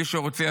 מי שרוצה,